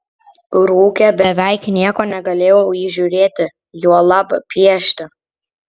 rūke beveik nieko negalėjau įžiūrėti juolab piešti